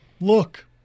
Look